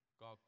God